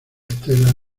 estela